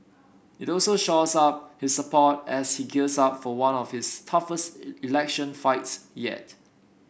it also shores up his support as he gears up for one of his toughest election fights yet